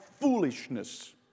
foolishness